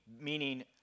meaning